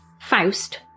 Faust